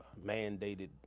mandated